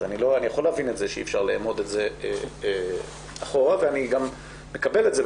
אז אני יכול להבין שאי-אפשר לאמוד את זה אחורה ואני גם מקבל את זה.